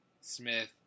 smith